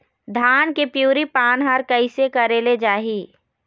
धान के पिवरी पान हर कइसे करेले जाही?